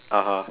(uh huh)